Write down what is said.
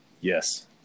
Yes